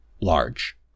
large